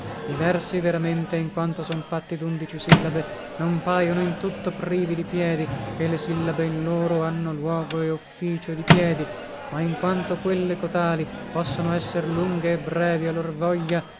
versi veramente in quanto son fatti dundici sillabe non paiono in tutto privi di piedi ché le sillabe in loro hanno luogo e officio di piedi ma in quanto quelle cotali possono esser lunghe e brevi